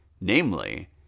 namely